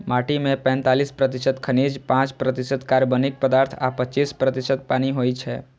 माटि मे पैंतालीस प्रतिशत खनिज, पांच प्रतिशत कार्बनिक पदार्थ आ पच्चीस प्रतिशत पानि होइ छै